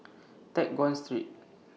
Teck Guan Street